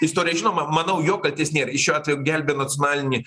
istorija žinoma manau jo kaltės nėr jis šiuo atveju gelbėjo nacionalinį